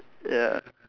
ya